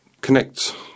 connect